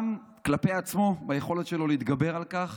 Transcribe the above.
גם כלפי עצמו, ביכולת שלו להתגבר על כך,